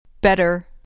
Better